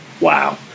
Wow